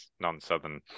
non-southern